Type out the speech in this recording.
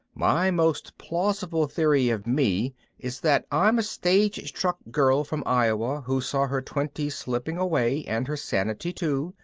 my most plausible theory of me is that i'm a stage-struck girl from iowa who saw her twenties slipping away and her sanity too,